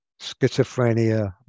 schizophrenia